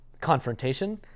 confrontation